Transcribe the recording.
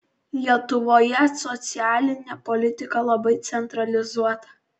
lietuvoje socialinė politika labai centralizuota